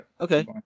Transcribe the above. Okay